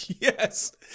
Yes